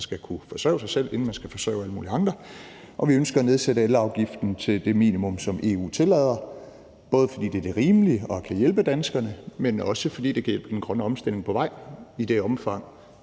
Man skal kunne forsørge sig selv, inden man skal forsørge alle mulige andre. Og vi ønsker at nedsætte elafgiften til det minimum, som EU tillader, både fordi det er det rimelige og kan hjælpe danskerne, men også fordi det kan hjælpe den grønne omstilling på vej. I det omfang,